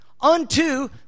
unto